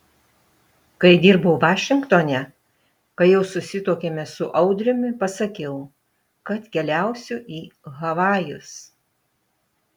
kai dirbau vašingtone kai jau susituokėme su audriumi pasakiau kad keliausiu į havajus